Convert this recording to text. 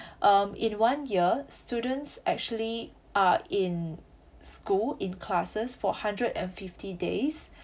um in one year students actually are in school in classes for hundred and fifty days